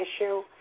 issue